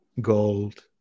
gold